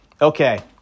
Okay